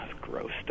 Gross